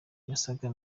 yasaga